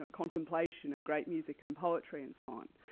ah contemplation and great music and poetry and so on.